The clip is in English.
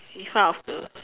in front of the